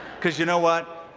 because you know what?